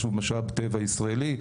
שהוא משאב טבע ישראלי,